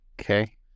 Okay